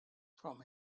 from